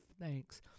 thanks